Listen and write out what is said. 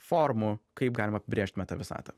formų kaip galima apibrėžt meta visatą